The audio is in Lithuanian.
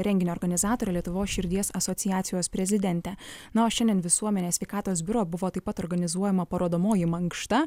renginio organizatorė lietuvos širdies asociacijos prezidentė na o šiandien visuomenės sveikatos biuro buvo taip pat organizuojama parodomoji mankšta